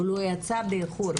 אבל הוא יצא באיחור.